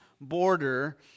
border